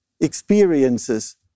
experiences